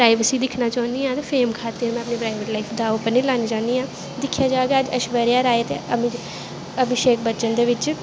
अपनी प्राईवेसी दिक्खना चाह्न्नी आं ते फेम खात्तिर में अपनी लाईफ दाऽ पर नी लानां चाह्न्नी आं दिक्खेआ जाए अज्ज ऐशवर्य राय ते अभिशेक बच्चन दे बिच्च